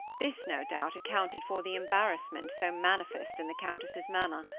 this, no doubt, accounted for the embarrassment so manifest in the countess's manner.